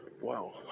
Wow